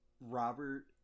Robert